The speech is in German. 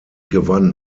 gewann